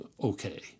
okay